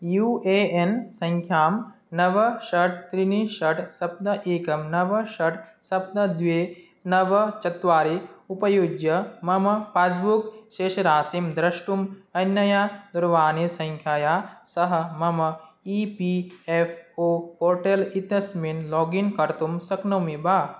you A N सङ्ख्यां नव षड् त्रीणि षड् सप्त एकं नव षड् सप्त द्वे नव चत्वारि उपयुज्य मम पास्बुक् शेषराशिं द्रष्टुम् अनया दीरवाणीसङ्खया सह मम E P F O portal इत्यस्मिन् लोगिन् कर्तुं शक्नोमि वा